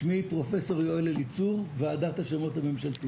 שמי פרופ' יואל אליצור, ועדת השמות הממשלתית.